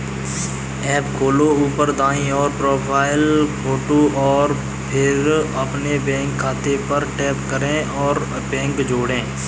app खोलो, ऊपर दाईं ओर, प्रोफ़ाइल फ़ोटो और फिर अपने बैंक खाते पर टैप करें और बैंक जोड़ें